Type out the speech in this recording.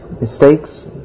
mistakes